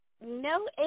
No